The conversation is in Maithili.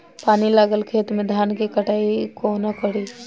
पानि लागल खेत मे धान केँ कटाई कोना कड़ी?